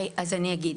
אז אני אגיד.